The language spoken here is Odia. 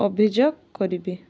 ଅଭିଯୋଗ କରିବି